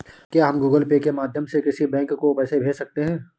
क्या हम Google Pay के माध्यम से किसी बैंक को पैसे भेज सकते हैं?